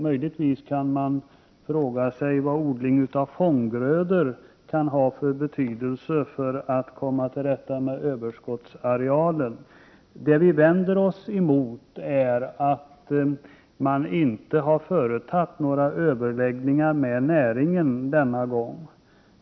Möjligtvis kan man fråga sig vad odling av fånggrödor kan ha för betydelse för att komma till rätta med överskottsarealen. Det vi vänder oss emot är att man inte har fört några överläggningar med näringen denna gång.